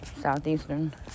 Southeastern